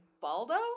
Baldo